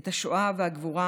את השואה והגבורה,